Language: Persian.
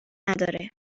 نداره